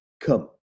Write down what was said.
come